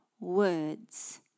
Words